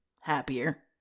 happier